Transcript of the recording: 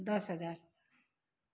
दस हजार